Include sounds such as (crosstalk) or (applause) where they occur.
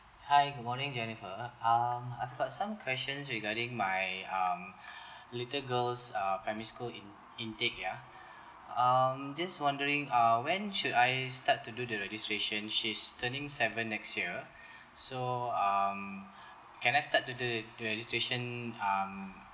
hi good morning jennifer um I've got some questions regarding my um (breath) little girl's uh primary school in intake ya um just wondering uh when should I start to do the registration she's turning seven next year so um can I start do the the registration um